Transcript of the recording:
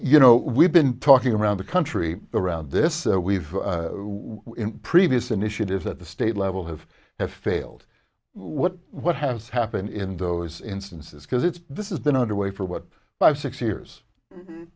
you know we've been talking around the country around this we've previous initiatives at the state level have have failed what has happened in those instances because it's this is been underway for what five six years